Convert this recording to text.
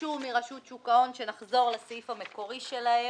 ביקשו מרשות שוק ההון שנחזור לסעיף המקורי שלהם,